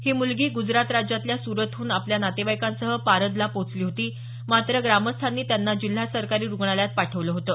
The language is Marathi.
ही मुलगी गुजरात राज्यातल्या सुरतहून आपल्या नातेवाईकांसह पारधला पोहचली होती मात्र ग्रामस्थांनी त्यांना जिल्हा सरकारी रुग्णालयात पाठवलं होतं